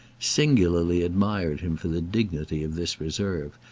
singularly admired him for the dignity of this reserve,